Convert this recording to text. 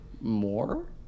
more